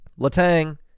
Letang